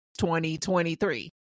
2023